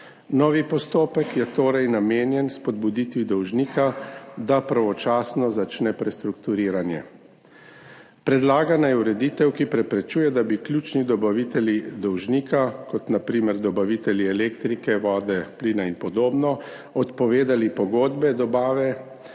Novi postopek je torej namenjen spodbuditvi dolžnika, da pravočasno začne prestrukturiranje. Predlagana je ureditev, ki preprečuje, da bi ključni dobavitelji dolžnika, kot na primer dobavitelji elektrike, vode, plina in podobno, odpovedali pogodbe dobave,